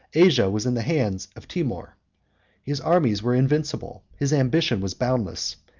asia was in the hand of timour his armies were invincible, his ambition was boundless,